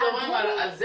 דיברנו על זה